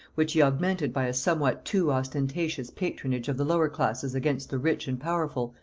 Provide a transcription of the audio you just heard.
which he augmented by a somewhat too ostentatious patronage of the lower classes against the rich and powerful,